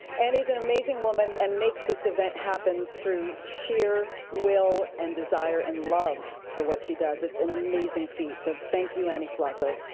annie's an amazing woman and makes this event happen through sheer will and desire and love for what she does. it's an amazing feat, so thank you, annie flocco,